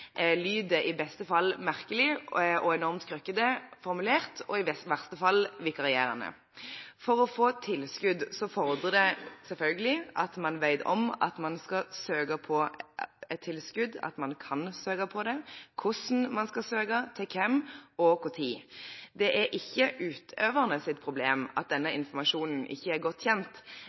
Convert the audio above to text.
lyder i beste fall merkelig og er enormt krøkkete formulert og i verste fall vikarierende. Å få tilskudd fordrer selvfølgelig at man vet hva man skal søke på, at man kan søke på det, hvordan man skal søke, til hvem og når. Det er ikke utøvernes problem at denne informasjonen ikke er godt kjent.